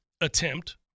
attempt